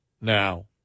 now